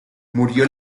murió